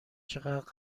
چقدر